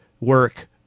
work